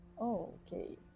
Okay